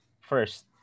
first